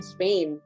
Spain